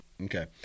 Okay